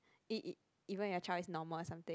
E E even if your child is normal or something